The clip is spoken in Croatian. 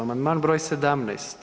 Amandman broj 17.